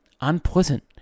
unpleasant